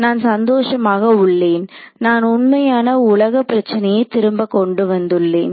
நான் சந்தோஷமாக உள்ளேன் நான் உண்மையான உலக பிரச்சனையை திரும்ப கொண்டு வந்துள்ளேன்